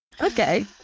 Okay